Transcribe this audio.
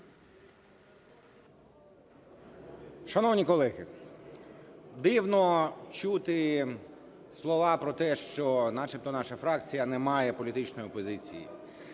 Шановні колеги, дивно чути слова про те, що начебто наша фракція не має політичної позиції.